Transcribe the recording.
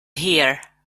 here